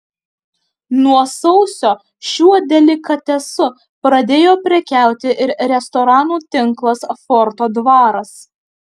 nuo sausio šiuo delikatesu pradėjo prekiauti ir restoranų tinklas forto dvaras